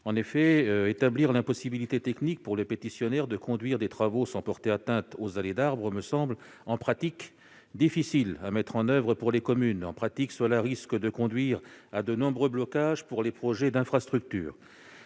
? Établir l'impossibilité technique pour le pétitionnaire de conduire des travaux sans porter atteinte aux allées d'arbres me semble difficile à mettre en oeuvre pour les communes et risque de conduire à de nombreux blocages pour les projets d'infrastructures.